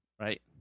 right